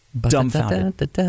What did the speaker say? Dumbfounded